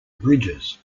bridges